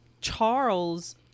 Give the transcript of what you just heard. Charles